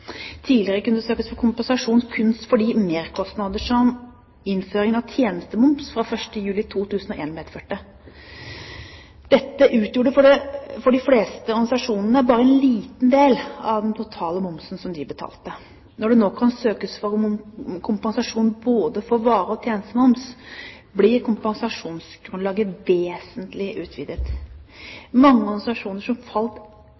Tidligere kunne det søkes om kompensasjon kun for de merkostnader som innføring av tjenestemoms fra 1. juli 2001 medførte. Dette utgjorde for de fleste organisasjonene bare en liten del av den totale momsen de betalte. Når det nå kan søkes om kompensasjon både for vare- og tjenestemoms, blir kompensasjonsgrunnlaget vesentlig utvidet. Mange organisasjoner som falt